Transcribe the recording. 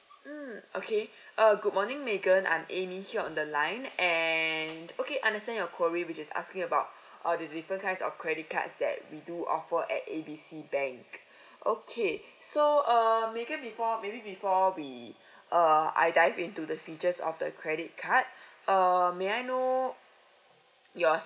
mm okay uh good morning megan I'm amy here on the line and okay understand your queries which is asking about all the different kinds of credit cards that we do offer at A B C bank okay so um maybe before maybe before we uh I dive into the features of the credit card err may I know your